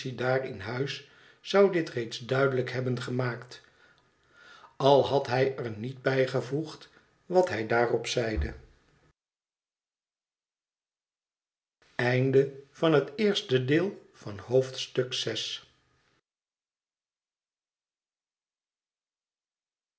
daar in huis zou dit reeds duidelijk hebben gemaakt al had hij er niet bijgevoegd wat hij daarop zeide